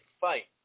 fight